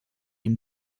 ihm